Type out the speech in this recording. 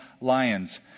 lions